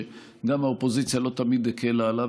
שגם האופוזיציה לא תמיד הקלה עליו,